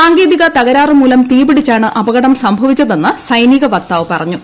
സാങ്കേതിക തകരാറുമൂലം തീപിടിച്ചാണ് അപകടം സംഭവിച്ചതെന്ന് സൈനിക വക്താവ് പറഞ്ഞു